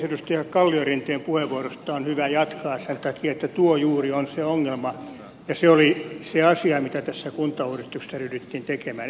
edustaja kalliorinteen puheenvuorosta on hyvä jatkaa sen takia että tuo juuri on se ongelma ja se oli se asia mitä tässä kuntauudistuksessa ryhdyttiin tekemään